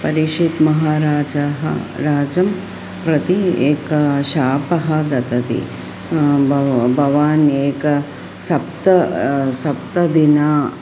परीक्षितः महाराजः राजानं प्रति एकः शापः ददाति भव भवान् एकं सप्त सप्तदिनेषु